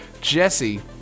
Jesse